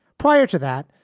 prior to that,